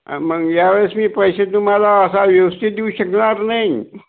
मंग या वेळेस मी पैसे तुम्हाला असा व्यवस्तीत देऊ शकणार नाही